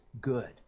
good